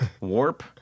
warp